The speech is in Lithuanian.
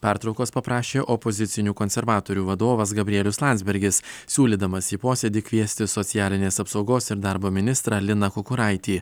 pertraukos paprašė opozicinių konservatorių vadovas gabrielius landsbergis siūlydamas į posėdį kviesti socialinės apsaugos ir darbo ministrą liną kukuraitį